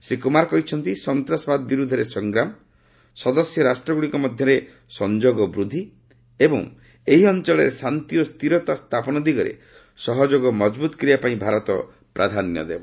ଶ୍ରୀ କୁମାର କହିଛନ୍ତି ସନ୍ତାସବାଦ ବିରୁଦ୍ଧରେ ସଂଗ୍ରାମ ସଦସ୍ୟ ରାଷ୍ଟ୍ରଗୁଡ଼ିକ ମଧ୍ୟରେ ସଂଯୋଗ ବୃଦ୍ଧି ଏବଂ ଏହି ଅଞ୍ଚଳରେ ଶାନ୍ତି ଓ ସ୍ତିରତା ସ୍ଥାପନ ଦିଗରେ ସହଯୋଗ ମଜଭୁତ କରିବା ପାଇଁ ଭାରତ ପ୍ରାଧାନ୍ୟ ଦେବ